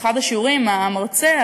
באחד השיעורים המרצה,